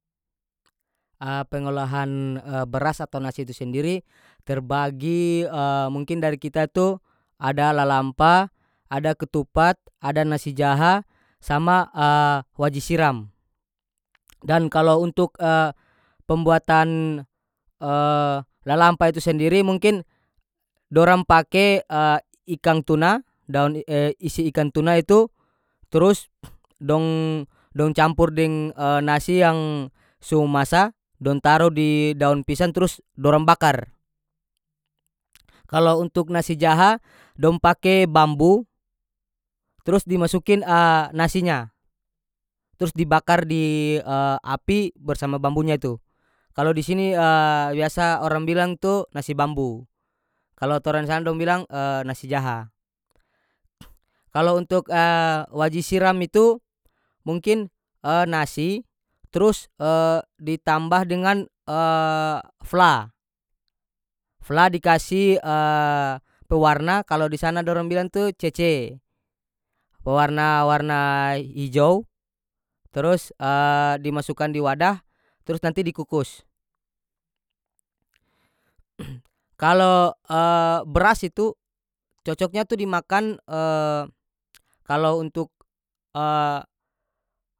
pengolahan beras atau nasi itu sendiri terbagi mungkin dari kita itu ada lalampa ada ketupat ada nasi jaha sama waji siram dan kalo untuk pembuatan lalampa itu sendiri mungkin dorang pake ikang tuna daun isi ikang tuna itu turus dong- dong campur deng nasi yang so masa dong taro di daun pisang trus dorang bakar kalo untuk nasi jaha dong pake bambu trus dimasukin nasinya trus dibakar di api bersama bambunya itu kalo di sini biasa orang bilang tu nasi bambu kalo torang di sana dong bilang nasi jaha kalo untuk waji siram itu mungkin nasi trus ditambah dengan fla fla dikasi pewarna kalo di sana dorang bilang tu cece warna-warna ijou turus dimasukan di wadah trus nanti dikukus kalo bras itu cocoknya tu dimakan kalo untuk.